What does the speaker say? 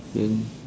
then